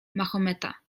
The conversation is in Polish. mahometa